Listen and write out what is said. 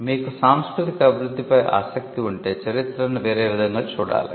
మీకు సాంస్కృతిక అభివృద్ధిపై ఆసక్తి ఉంటే చరిత్రను వేరే విధంగా చూడాలి